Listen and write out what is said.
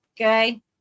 Okay